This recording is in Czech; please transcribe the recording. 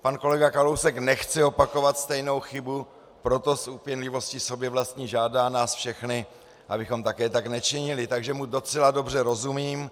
Pan kolega Kalousek nechce opakovat stejnou chybu, proto s úpěnlivostí sobě vlastní žádá nás všechny, abychom také tak nečinili, takže mu docela dobře rozumím.